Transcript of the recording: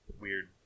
weird